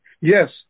yes